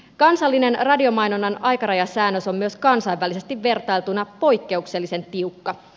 kansallinen radiomainonnan aikarajasäännös on myös kansainvälisesti vertailtuna poikkeuksellisen tiukka